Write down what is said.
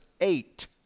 eight